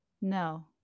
No